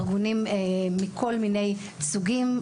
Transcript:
ארגונים מכל מיני סוגים.